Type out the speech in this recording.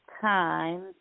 time